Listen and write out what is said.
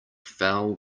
fell